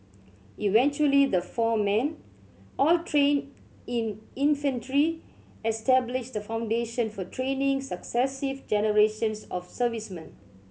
eventually the four men all trained in infantry established the foundation for training successive generations of servicemen